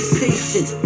patient